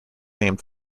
named